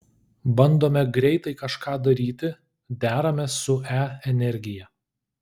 bandome greitai kažką daryti deramės su e energija